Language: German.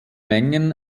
mengen